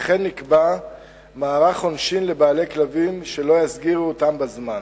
וכן נקבע מערך עונשין לבעלי כלבים שלא יסגירו אותם בזמן.